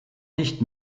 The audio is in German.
nicht